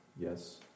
yes